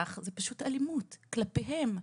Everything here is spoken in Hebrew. פשוט אלימות כלפיהם,